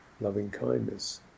loving-kindness